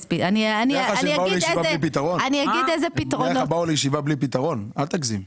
נראה לך שהם באו לישיבה בלי פתרון, אל תגזים.